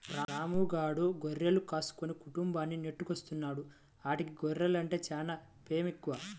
రాము గాడు గొర్రెలు కాసుకుని కుటుంబాన్ని నెట్టుకొత్తన్నాడు, ఆడికి గొర్రెలంటే చానా పేమెక్కువ